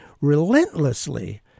relentlessly